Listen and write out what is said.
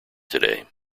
today